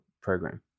program